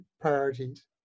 priorities